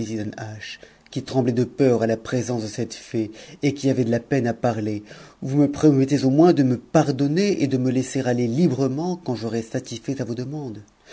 qui trci blait de peur à a présence de cette fée et qui avait de la peine a parler vous me promettez au moins de me pardonner et de me husser affcr librement quatid j'aurai satisfait à vos demandes